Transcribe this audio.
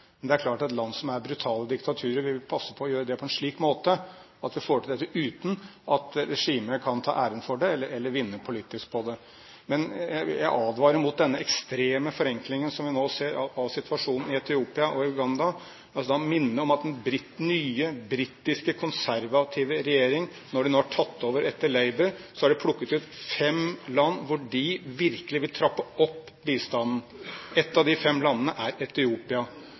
det er klart at i land som er brutale diktaturer, vil vi passe på å gjøre det på en slik måte at de får til dette uten at regimet kan ta æren for det eller vinne politisk på det. Jeg advarer mot denne ekstreme forenklingen, som vi nå ser, av situasjonen i Etiopia og Uganda, og vil minne om at den britiske konservative regjeringen, når de nå har tatt over etter Labour, har plukket ut fem land hvor de virkelig vil trappe opp bistanden. Ett av de fem landene er Etiopia.